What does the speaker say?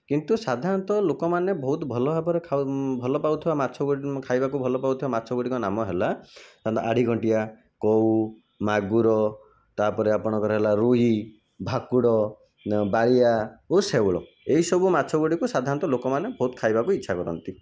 କିନ୍ତୁ ସାଧାରଣତଃ ଲୋକମାନେ ବହୁତ ଭଲ ଭାବରେ ଖାଉ ଭଲ ପାଉଥିବା ମାଛ ଖାଇବାକୁ ଭଲ ପାଉଥିବା ମାଛ ଗୁଡ଼ିକ ନାମ ହେଲା ଆଢ଼ିଘଣ୍ଟିଆ କଉ ମାଗୁର ତାପରେ ଆପଣଙ୍କର ହେଲା ରୁହି ଭାକୁଡ଼ ବାଳିଆ ଓ ଶେଉଳ ଏଇସବୁ ମାଛ ଗୁଡ଼ିକୁ ସାଧାରଣତଃ ଲୋକମାନେ ବହୁତ ଖାଇବାକୁ ଇଚ୍ଛା କରନ୍ତି